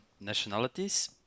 nationalities